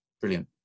brilliant